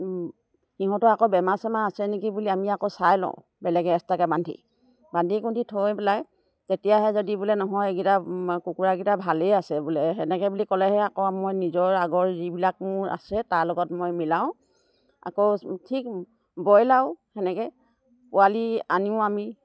সিহঁতো আকৌ বেমাৰ চেমাৰ আছে নেকি বুলি আমি আকৌ চাই লওঁ বেলেগে এক্সট্ৰাকৈ বান্ধি বান্ধি কুন্ধি থৈ পেলাই তেতিয়াহে যদি বোলে নহয় এইকেইটা কুকুৰাকেইটা ভালেই আছে বোলে সেনেকৈ বুলি ক'লেহে আকৌ মই নিজৰ আগৰ যিবিলাক মোৰ আছে তাৰ লগত মই মিলাওঁ আকৌ ঠিক ব্ৰইলাৰো সেনেকৈ পোৱালি আনিও আমি